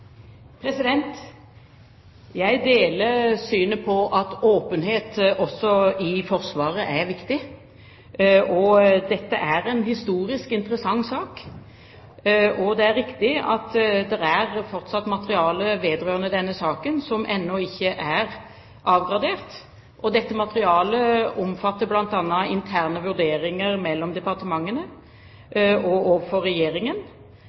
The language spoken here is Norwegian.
Jeg deler det synet at åpenhet også i Forsvaret er viktig. Dette er en historisk interessant sak, og det er riktig at det fortsatt er materiale vedrørende denne saken som ennå ikke er avgradert. Dette materialet omfatter bl.a. interne vurderinger mellom departementene og for regjeringen,